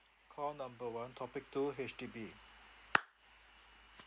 call number one topic two H_D_B